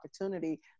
opportunity